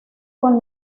con